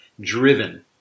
Driven